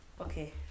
Okay